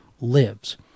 lives